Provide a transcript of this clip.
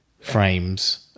frames